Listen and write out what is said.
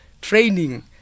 training